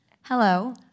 Hello